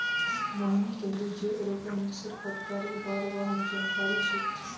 मोहिनी कहले जे एरोपोनिक्सेर प्रकारेर बार वहाक जानकारी छेक